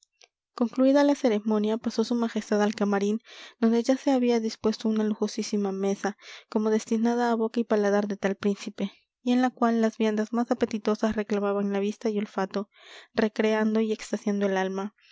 concluida la ceremonia pasó su majestad al camarín donde ya se había dispuesto una lujosísima mesa como destinada a boca y paladar de tal príncipe y en la cual las viandas más apetitosas reclamaban la vista y olfato recreando y extasiando el alma